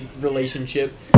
relationship